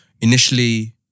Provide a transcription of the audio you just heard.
initially